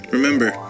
Remember